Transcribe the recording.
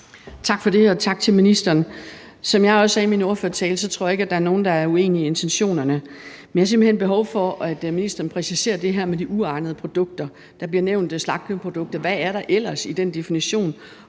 Tak for det, og tak til ministeren. Som jeg også sagde i min ordførertale, tror jeg ikke, der er nogen, der er uenige i intentionerne, men jeg har simpelt hen behov for, at ministeren præciserer det her med de uegnede produkter. Der blev nævnt slankeprodukter. Hvad er der ellers i den definition,